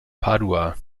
padua